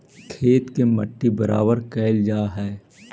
खेत के मट्टी बराबर कयल जा हई